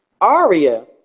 Aria